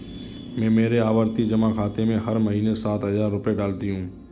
मैं मेरे आवर्ती जमा खाते में हर महीने सात हजार रुपए डालती हूँ